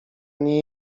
nie